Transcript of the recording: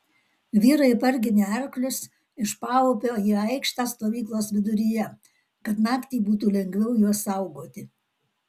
vyrai parginė arklius iš paupio į aikštę stovyklos viduryje kad naktį būtų lengviau juos saugoti